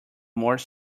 more